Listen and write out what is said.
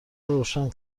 روشن